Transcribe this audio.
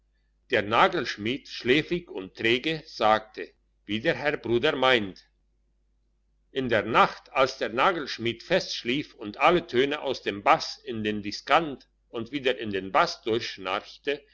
der nagelschmied schläfrig und träge sagte wie der herr bruder meint in der nacht als der nagelschmied fest schlief und alle töne aus dem bass in den diskant und wieder in den bass